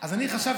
אז אני חשבתי,